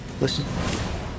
Listen